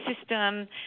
system